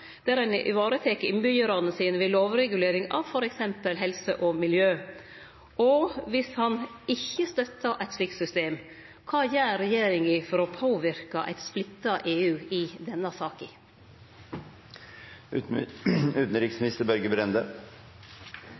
ein varetek innbyggjarane sine ved lovregulering av f.eks. helse og miljø? Dersom han ikkje støttar eit slikt system, kva gjer regjeringa for å påverke eit splitta EU i denne saka?